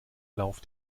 lauf